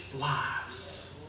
lives